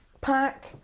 pack